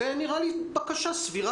שזאת נראית לי בקשה סבירה.